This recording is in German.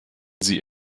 sie